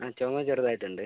അതെ ചുമ ചെറുതായിട്ട് ഉണ്ട്